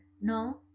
no